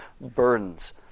burdens